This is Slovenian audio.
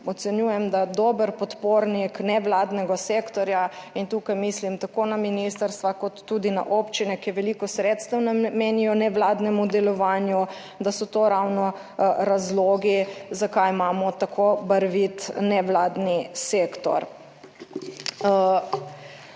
ocenjujem, da dober podpornik nevladnega sektorja in tukaj mislim tako na ministrstva, kot tudi na občine, ki veliko sredstev namenijo nevladnemu delovanju, da so to ravno razlogi zakaj imamo tako barvit nevladni sektor.